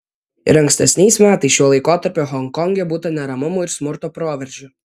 ir ankstesniais metais šiuo laikotarpiu honkonge būta neramumų ir smurto proveržių